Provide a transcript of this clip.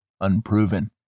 unproven